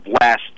last